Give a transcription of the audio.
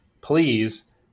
please